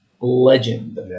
legend